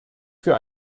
für